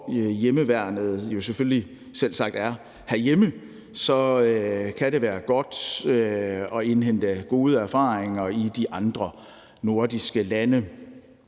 for hjemmeværnet jo selvfølgelig selvsagt er herhjemme, kan det være godt at indhente gode erfaringer i de andre nordiske lande.